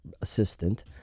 assistant